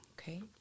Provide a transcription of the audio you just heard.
Okay